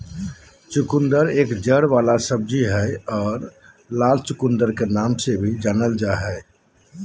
चुकंदर एक जड़ वाला सब्जी हय आर लाल चुकंदर के नाम से भी जानल जा हय